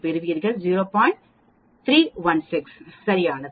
316 சரியானது